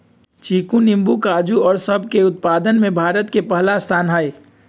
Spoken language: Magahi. चीकू नींबू काजू और सब के उत्पादन में भारत के पहला स्थान हई